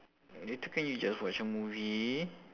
later can you just watch a movie